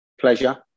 pleasure